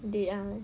day ah